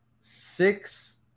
six